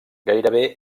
gairebé